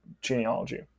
genealogy